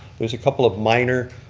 there's a couple of minor